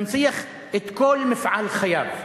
אתה מנציח את כל מפעל חייו.